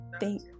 Thank